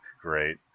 great